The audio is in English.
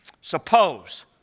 Suppose